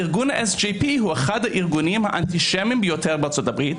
ארגון SJP הוא אחד הארגונים האנטישמיים ביותר בארצות הברית,